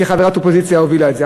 כחברת אופוזיציה היא הובילה את זה,